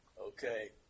Okay